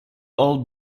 all